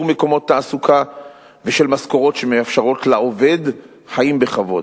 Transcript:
מקומות תעסוקה ושל משכורות שמאפשרות לעובד חיים בכבוד.